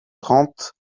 trente